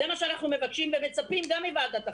זה מה שאנחנו מבקשים ומצפים גם מוועדת החינוך.